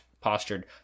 postured